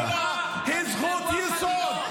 בגזענות הזאת, לא תדעו --- לא יעזור לכם.